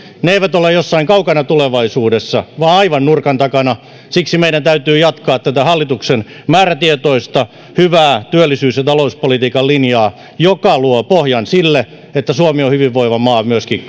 ne eivät ole jossain kaukana tulevaisuudessa vaan aivan nurkan takana siksi meidän täytyy jatkaa tätä hallituksen määrätietoista hyvää työllisyys ja talouspolitiikan linjaa joka luo pohjan sille että suomi on hyvinvoiva maa myöskin